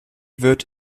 wird